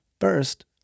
First